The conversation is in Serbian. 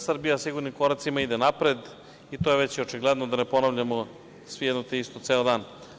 Srbija sigurnim koracima ide napred i to je već očigledno, da ne ponavljamo svi jedno te isto, ceo dan.